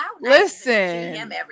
listen